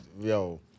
Yo